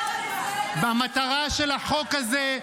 --- והמטרה של החוק הזה,